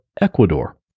Ecuador